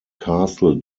castle